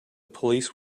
police